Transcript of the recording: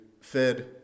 fed